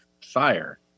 fire